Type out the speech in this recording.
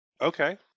Okay